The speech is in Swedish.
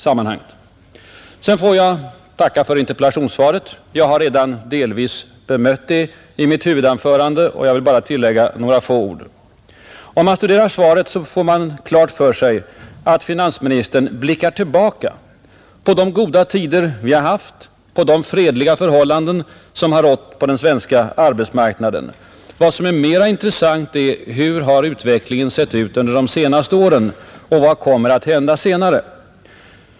Sedan får jag tacka för interpellationssvaret. Jag har redan delvis bemött det i mitt huvudanförande, och jag vill bara tillfoga några få ord. Om man studerar svaret får man klart för sig att finansministern blickar tillbaka på de goda tider vi har haft, på de fredliga förhållanden som har rått på den svenska arbetsmarknaden. Vad som är mera intressant är: Hur har utvecklingen sett ut under de senaste åren, och vad kommer att hända senare?